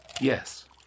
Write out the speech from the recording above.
Yes